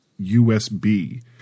USB